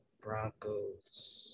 Broncos